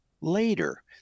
later